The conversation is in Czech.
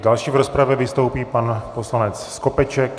Další v rozpravě vystoupí pan poslanec Skopeček.